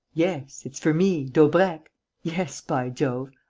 yes, it's for me, daubrecq yes, by jove!